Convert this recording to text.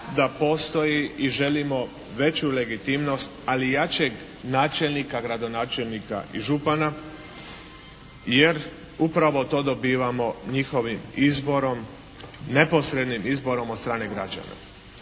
da postoji i želimo veću legitimnost, ali jačeg načelnika, gradonačelnika i župana jer upravo to dobivamo njihovim izborom, neposrednim izborom od strane građana.